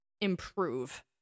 improve